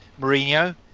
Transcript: Mourinho